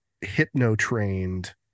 hypno-trained